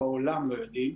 בעולם לא יודעים.